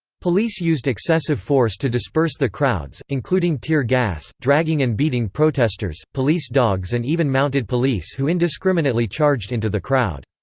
police used excessive force to disperse the crowds, including tear gas, dragging and beating protesters, police dogs and even mounted police who indiscriminately charged into the crowd.